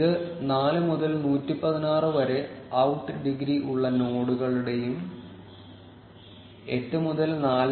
ഇത് 4 മുതൽ 116 വരെ ഔട്ട് ഡിഗ്രി ഉള്ള നോഡുകളുടെയും 8 മുതൽ 4